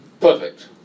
perfect